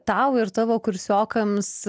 tau ir tavo kursiokams